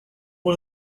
one